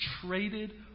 traded